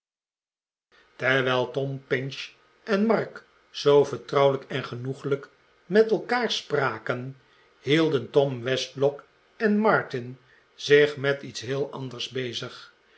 terwijl tom pinch en mark zoo vertrouwelijk en genoeglijk met elkaar spraken hielden john westlock en martin zich met iets heel anders bezig